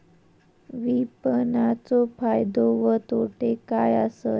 विपणाचो फायदो व तोटो काय आसत?